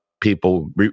people